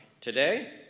Today